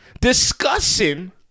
discussing